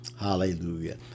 Hallelujah